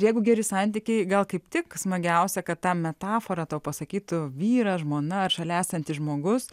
jeigu geri santykiai gal kaip tik smagiausia kad tą metaforą tau pasakytų vyras žmona ar šalia esantis žmogus